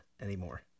anymore